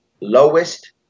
Lowest